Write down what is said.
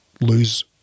lose